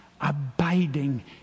abiding